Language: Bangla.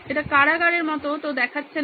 এটা কারাগারের মতো তো দেখাচ্ছে না